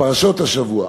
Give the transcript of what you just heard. בפרשות השבוע.